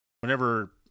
Whenever